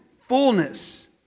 fullness